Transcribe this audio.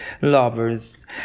lovers